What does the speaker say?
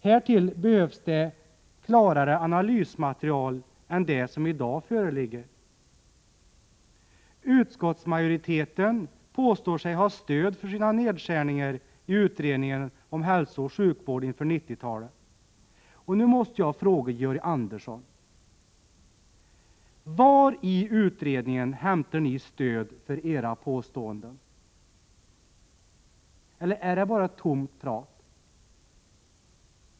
Härtill behövs klarare analysmaterial än det som i dag föreligger. Utskottsmajoriteten påstår sig ha stöd för sin nedskärning i utredningen om hälsooch sjukvård inför 1990-talet. Jag måste fråga Georg Andersson: Var i utredningen hämtar ni stöd för era påståenden? Eller är det bara tomt prat?